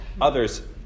others